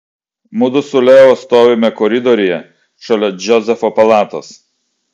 mudu su leo stovime koridoriuje šalia džozefo palatos